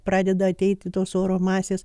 pradeda ateiti tos oro masės